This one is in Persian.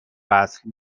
وصل